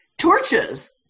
torches